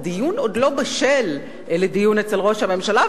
הנושא עוד לא בשל לדיון אצל ראש הממשלה,